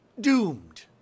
doomed